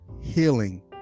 healing